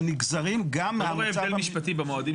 שנגזרים גם מהמצב --- אתה לא רואה הבדל משפטי במועדים